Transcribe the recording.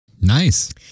nice